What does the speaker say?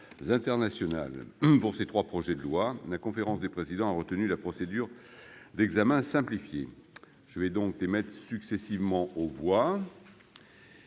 internationales. Pour ces trois projets de loi, la conférence des présidents a retenu la procédure d'examen simplifié. Je vais donc les mettre successivement aux voix.